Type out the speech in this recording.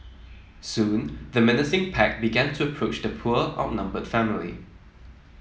soon the menacing pack began to approach the poor outnumbered family